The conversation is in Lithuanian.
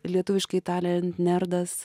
lietuviškai tariant nerdas